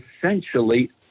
essentially